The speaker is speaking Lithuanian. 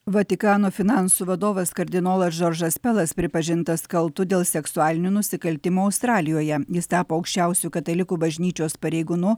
vatikano finansų vadovas kardinolas džordžas pelas pripažintas kaltu dėl seksualinių nusikaltimų australijoje jis tapo aukščiausiu katalikų bažnyčios pareigūnu